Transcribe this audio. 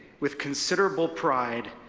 with considerable pride,